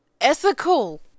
ethical